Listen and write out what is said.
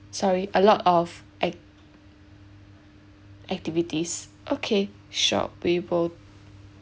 sorry a lot of ac~ activities okay sure we will